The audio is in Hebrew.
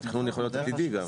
התכנון יכול להיות עתידי גם.